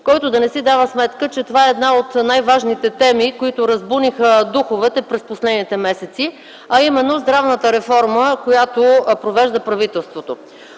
който да не си дава сметка, че това е една от най-важните теми, които разбуниха духовете през последните месеци, а именно здравната реформа, която провежда правителството.